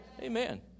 amen